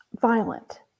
violent